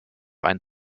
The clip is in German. ein